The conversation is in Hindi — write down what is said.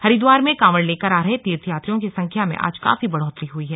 हरिद्वार में कांवड़ लेकर आ रहे तीर्थयात्रियों की संख्या में आज काफी बढ़ोत्तरी हुई है